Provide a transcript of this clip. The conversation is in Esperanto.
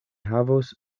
havos